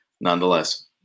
nonetheless